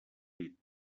dit